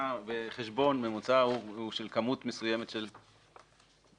בחשבון ממוצע הוא של כמות מסוימת של פרטים.